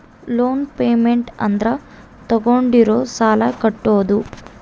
loan payment ಅಂದ್ರ ತಾಗೊಂಡಿರೋ ಸಾಲ ಕಟ್ಟೋದು